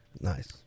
Nice